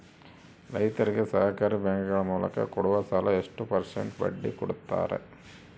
ರೈತರಿಗೆ ಸಹಕಾರಿ ಬ್ಯಾಂಕುಗಳ ಮೂಲಕ ಕೊಡುವ ಸಾಲ ಎಷ್ಟು ಪರ್ಸೆಂಟ್ ಬಡ್ಡಿ ಕೊಡುತ್ತಾರೆ?